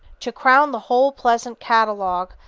to crown the whole pleasant catalogue,